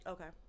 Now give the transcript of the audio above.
Okay